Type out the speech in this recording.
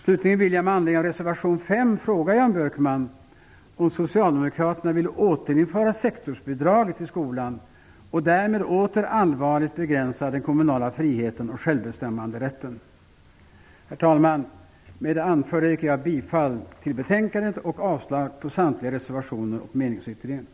Slutligen vill jag med anledning av reservation 5 fråga Jan Björkman om Socialdemokraterna vill återinföra sektorsbidraget till skolan och därmed åter allvarligt begränsa den kommunala friheten och självbestämmanderätten. Herr talman! Med det anförda yrkar jag bifall till hemställan i betänkandet och avslag på samtliga reservationer och meningsyttringen.